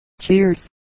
Cheers